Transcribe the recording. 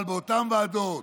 אבל באותן ועדות,